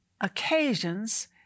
occasions